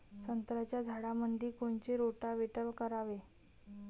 संत्र्याच्या झाडामंदी कोनचे रोटावेटर करावे?